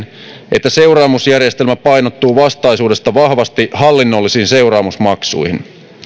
että seuraamusjärjestelmä painottuu vastaisuudessa vahvasti hallinnollisiin seuraamusmaksuihin hallinnolliset